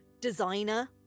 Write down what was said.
designer